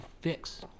fix